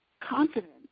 confidence